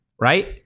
right